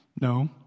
No